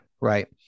Right